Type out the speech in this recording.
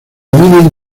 eliminan